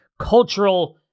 cultural